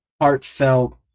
heartfelt